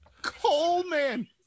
Coleman